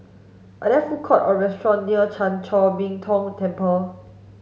are there food court or restaurant near Chan Chor Min Tong Temple